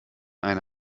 eine